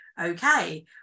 okay